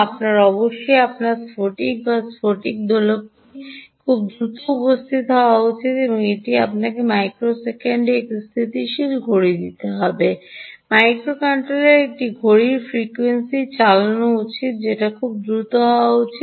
আপনার অবশ্যই আপনার স্ফটিক বা স্ফটিক দোলকটি খুব দ্রুত উপস্থিত হওয়া উচিত এটি আপনাকে মাইক্রোসেকেন্ডে একটি স্থিতিশীল ঘড়ি দিতে হবে মাইক্রো কন্ট্রোলারের একটি ঘড়ির ফ্রিকোয়েন্সি চালানো উচিত খুব দ্রুত হওয়া উচিত